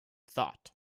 thought